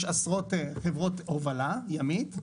יש עשרות חברות הובלה ימית.